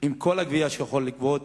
עם כל הגבייה שהוא יכול לגבות,